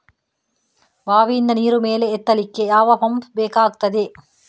ಬಾವಿಯಿಂದ ನೀರು ಮೇಲೆ ಎತ್ತಲಿಕ್ಕೆ ಯಾವ ಪಂಪ್ ಬೇಕಗ್ತಾದೆ?